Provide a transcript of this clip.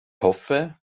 hoffe